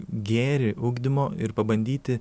gėrį ugdymo ir pabandyti